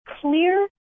clear